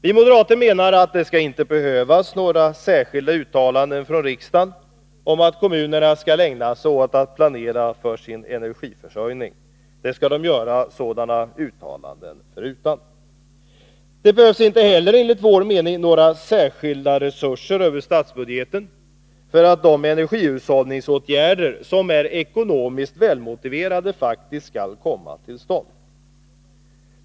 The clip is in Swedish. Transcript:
Vi moderater menar att det inte skall behövas några särskilda uttalanden från riksdagen om att kommunerna skall ägna sig åt att planera för sin energiförsörjning. Det skall de göra sådana uttalanden förutan. Enligt vår åsikt behövs det inte heller några särskilda resurser över statsbudgeten för att de energihushållningsåtgärder som är ekonomiskt välmotiverade faktiskt skall komma till stånd.